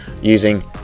using